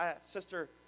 Sister